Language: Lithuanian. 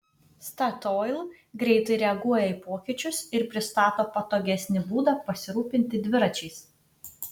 statoil greitai reaguoja į pokyčius ir pristato patogesnį būdą pasirūpinti dviračiais